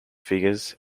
figures